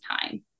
time